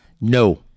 No